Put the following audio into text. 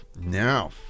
now